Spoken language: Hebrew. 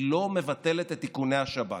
היא לא מבטלת את איכוני השב"כ.